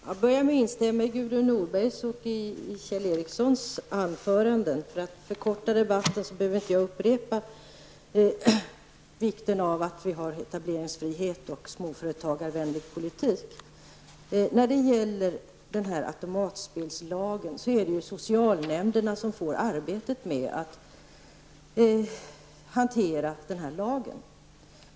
Herr talman! Jag instämmer i Gudrun Norbergs och Kjell Ericssons anföranden. Och för att förkorta debatten behöver jag inte upprepa vikten av att vi har etableringsfrihet och driver en småföretagarvänlig politik. Det är socialnämnderna som får arbetet med att hantera automatspelslagen.